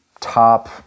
top